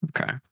Okay